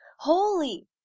holy